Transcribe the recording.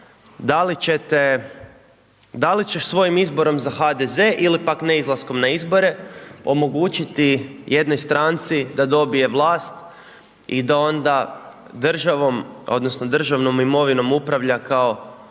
da li ćeš svojim izborom za HDZ ili pak neizlaskom na izbore omogućiti jednoj stranci da dobije vlast i da onda državom odnosno državnom imovinom upravlja kao